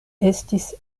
estis